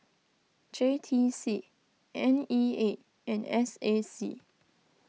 J T C N E A and S A C